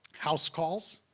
house calls,